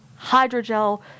hydrogel